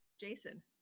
Jason